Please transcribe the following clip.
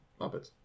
Muppets